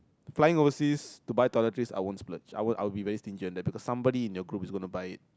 flying overseas to buy toiletries I won't splurge I will I will be very stingy on that because somebody in your group is gonna buy it